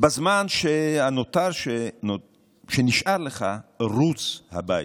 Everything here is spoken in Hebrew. בזמן הנותר שנשאר לך רוץ הביתה,